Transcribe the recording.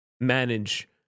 manage